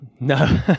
No